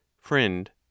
Friend